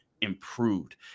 improved